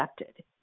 accepted